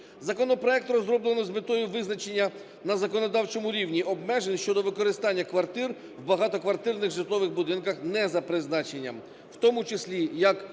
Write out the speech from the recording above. Законопроект розроблено з метою визначення на законодавчому рівні обмежень щодо використання квартир в багатоквартирних житлових будинках не за призначенням, в тому числі як